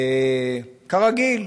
כרגיל,